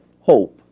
hope